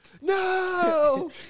No